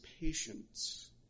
patience